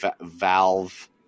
Valve